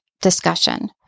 discussion